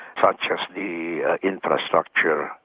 such as the infrastructure,